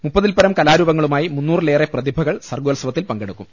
മുപ്പതിൽപ്പരം കലാരൂപങ്ങളുമായി മൂന്നൂറിലേറെ പ്രതിഭകൾ സർഗോത്സവത്തിൽ പ്ടങ്കെടുക്കും